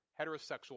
heterosexual